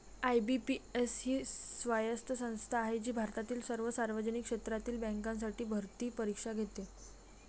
IBPS ही स्वायत्त संस्था आहे जी भारतातील सर्व सार्वजनिक क्षेत्रातील बँकांसाठी भरती परीक्षा घेते